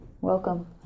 Welcome